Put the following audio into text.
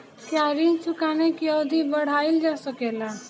क्या ऋण चुकाने की अवधि बढ़ाईल जा सकेला?